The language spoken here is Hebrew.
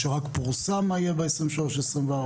או שרק פורסם מה יהיה ב-23, 24?